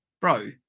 bro